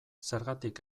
zergatik